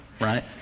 right